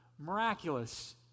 miraculous